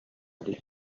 дии